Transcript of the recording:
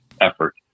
effort